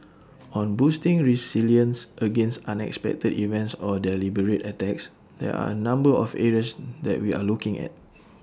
on boosting resilience against unexpected events or deliberate attacks there are A number of areas that we are looking at